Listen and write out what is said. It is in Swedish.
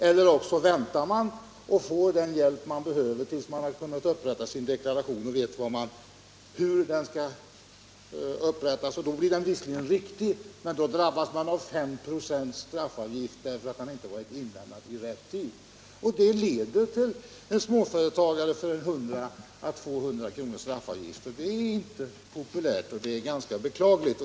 Eller också väntar de tills de har upprättat sin deklaration och kan få den hjälp de behöver, och då blir uppgiften visserligen riktig men de drabbas av en förseningsavgift på 5 96. För en småföretagare blir det 100-200 kr., och det är inte populärt.